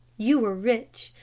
you are rich,